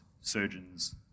surgeons